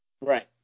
Right